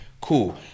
Cool